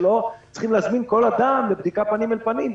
שלא צריכים להזמין כל אדם לבדיקה פנים אל פנים,